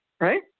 right